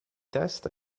test